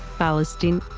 palestine,